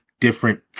Different